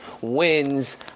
wins